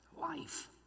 life